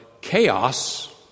chaos